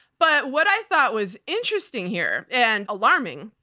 but what i thought was interesting here, and alarming,